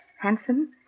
handsome